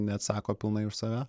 neatsako pilnai už save